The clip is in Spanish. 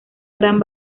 gran